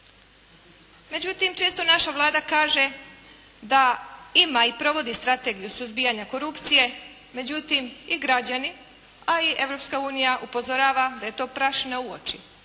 Međutim, često naša Vlada kaže da ima i provodi Strategiju suzbijanja korupcije, međutim i građani, a i Europska unija upozorava da je to prašina u oči.